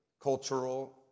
cultural